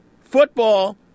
Football